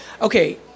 Okay